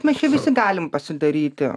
mes čia visi galim pasidaryti